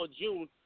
June